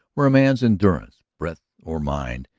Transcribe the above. where a man's endurance, breadth or mind,